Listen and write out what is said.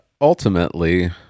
ultimately